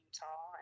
Utah